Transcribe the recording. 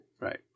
Right